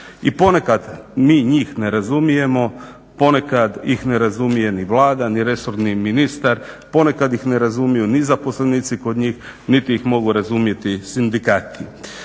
I ponekad mi njih ne razumijemo, ponekad ih ne razumije ni Vlada ni resorni ministar, ponekad ih ne razumiju ni zaposlenici kod njih, niti ih mogu razumjeti sindikati.